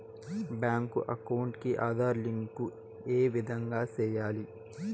Bank account కి Aadhaar link ఏ విధంగా సెయ్యాలి?